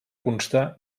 constar